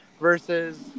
versus